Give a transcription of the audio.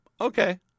okay